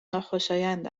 ناخوشایند